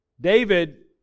David